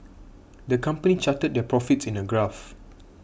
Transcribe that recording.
the company charted their profits in a graph